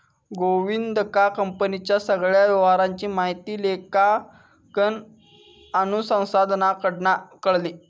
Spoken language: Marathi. गोविंदका कंपनीच्या सगळ्या व्यवहाराची माहिती लेखांकन अनुसंधानाकडना कळली